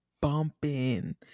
Bumping